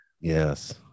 yes